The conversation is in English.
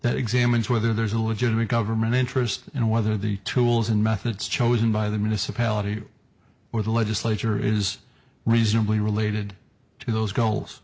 that examines whether there is a legitimate government interest and whether the tools and methods chosen by the municipality or the legislature is reasonably related to those goals